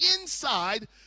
inside